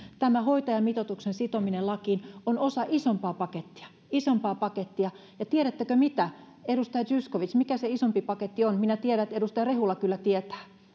tämä hoitajamitoituksen sitominen lakiin on osa isompaa pakettia isompaa pakettia ja tiedättekö edustaja zyskowicz mikä se isompi paketti on minä tiedän että edustaja rehula kyllä tietää